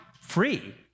free